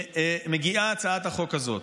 מגיעה הצעת החוק הזאת.